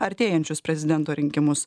artėjančius prezidento rinkimus